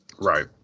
Right